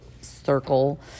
circle